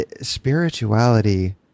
Spirituality